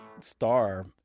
star